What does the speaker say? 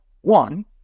one